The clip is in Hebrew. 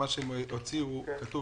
שהוצאה כתוב